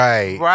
Right